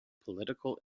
political